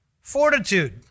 fortitude